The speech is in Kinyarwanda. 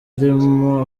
arimo